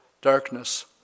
darkness